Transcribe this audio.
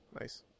nice